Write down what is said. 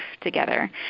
together